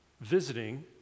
visiting